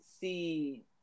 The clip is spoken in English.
see